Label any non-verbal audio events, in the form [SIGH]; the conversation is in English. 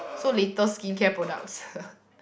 so latest skincare products [NOISE]